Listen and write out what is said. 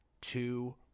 two